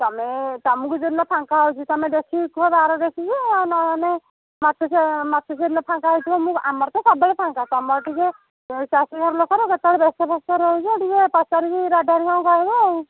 ତମେ ତମକୁ ଯୋଉଦିନ ଫାଙ୍କା ହଉଚି ତମେ ଦେଖିକି କୁହ ବାର ଦେଖିକି ଆଉ ନହେନେ ମୋତେ ଯେ ମୋତେ ଯୋଉଦିନ ଫାଙ୍କା ହଉଥିବ ମୁଁ ଆମର ତ ସବୁବେଳେ ଫାଙ୍କା ତମର ଟିକିଏ ଚାଷୀ ଘର ଲୋକ କେତେବେଳେ ବ୍ୟସ୍ତଫ୍ୟସ୍ତରେ ରହୁଚ ଟିକିଏ ପଚାରିକି ଦାଦା ହେରିକାଙ୍କୁ କହିବ ଆଉ